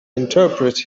interpret